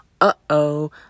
uh-oh